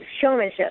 showmanship